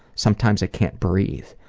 sometimes i can't breathe.